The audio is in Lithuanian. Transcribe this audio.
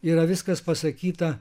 yra viskas pasakyta